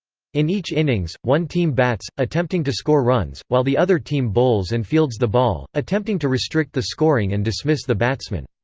in each innings, one team bats, attempting to score runs, while the other team bowls and fields the ball, attempting to restrict the scoring and dismiss the batsmen.